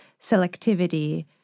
selectivity